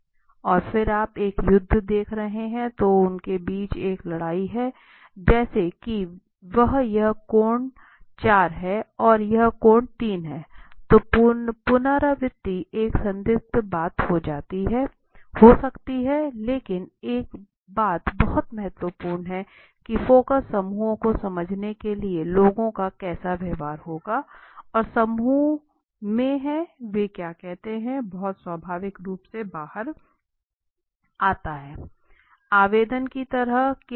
और फिर आप एक युद्ध देख रहे है तो उनके बीच एक लड़ाई है जैसे कि वह यह कोण चार है और यह कोण तीन है तो पुनरावृत्ति एक संदिग्ध बात हो सकती है लेकिन एक बात बहुत महत्वपूर्ण है कि फोकस समूहों को समझने के लिए लोगों का कैसा व्यवहार होगा और समूह में हैं वे क्या कहते थे बहुत स्वाभाविक रूप से बाहर आता है